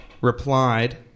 replied